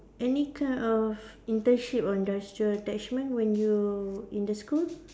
any kind of internship or industrial attachment when you in the school